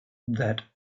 that